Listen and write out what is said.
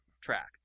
track